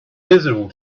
visible